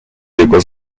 jego